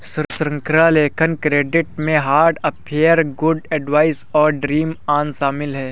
श्रृंखला लेखन क्रेडिट में हार्ट अफेयर, गुड एडवाइस और ड्रीम ऑन शामिल हैं